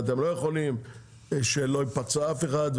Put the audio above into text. אתם לא יכולים שלא ייפצע אף אחד,